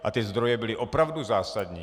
A ty zdroje byly opravdu zásadní.